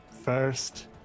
first